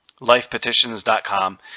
lifepetitions.com